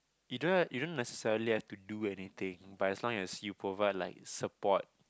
you don't you don't necessarily have to do anything but as long as you provide like support